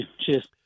Cheers